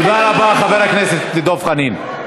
תודה רבה, חבר הכנסת דב חנין.